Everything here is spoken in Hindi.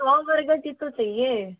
सौ वर्ग की तो चाहिए